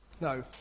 No